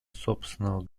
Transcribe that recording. собственного